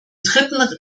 dritten